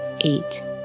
eight